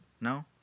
No